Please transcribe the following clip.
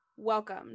Welcome